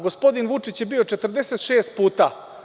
Gospodin Vučić je bio 46 puta.